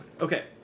Okay